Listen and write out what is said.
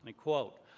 and quote,